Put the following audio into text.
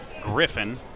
Griffin